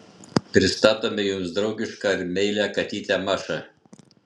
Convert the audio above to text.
pristatome jums draugišką ir meilią katytę mašą